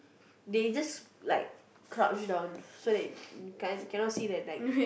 they just like crouch down so that can't cannot see that like